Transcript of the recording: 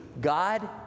God